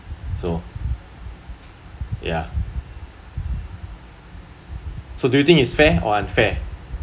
so ya so do you think is fair or unfair